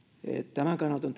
tämän kannalta on